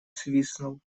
свистнул